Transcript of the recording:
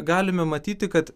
galime matyti kad